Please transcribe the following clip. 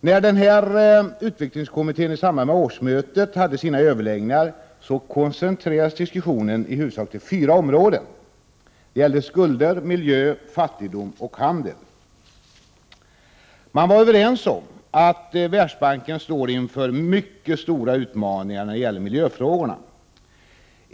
När denna utvecklingskommitté i samband med årsmötet hade överläggningar koncentrerades diskussionen till i huvudsak fyra områden — skulder, miljö, fattigdom och handel. Man var överens om att Världsbanken står inför mycket stora utmaningar när det gäller miljöfrågorna.